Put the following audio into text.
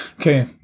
Okay